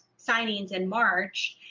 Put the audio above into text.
signings in march.